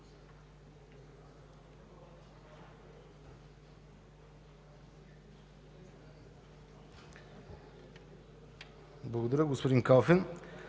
Благодаря, господин Калфин.